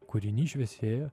kūrinys šviesėja